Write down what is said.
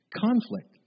conflict